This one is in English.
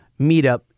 meetup